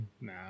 nah